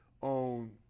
on